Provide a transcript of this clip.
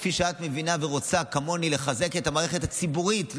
כפי שאת מבחינה ורוצה כמוני: לחזק את המערכת הציבורית,